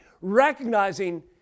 recognizing